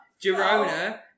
Girona